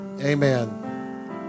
Amen